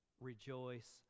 rejoice